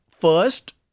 first